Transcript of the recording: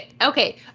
Okay